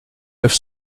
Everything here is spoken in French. neuf